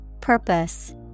Purpose